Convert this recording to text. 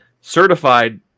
certified